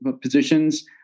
positions